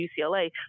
UCLA